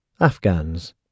Afghans